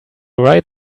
right